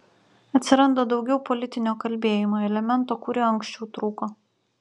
atsiranda daugiau politinio kalbėjimo elemento kuriuo anksčiau trūko